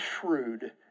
shrewd